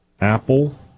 Apple